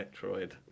Metroid